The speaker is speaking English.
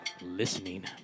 listening